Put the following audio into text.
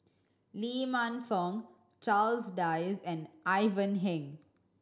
Lee Man Fong Charles Dyce and Ivan Heng